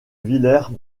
villers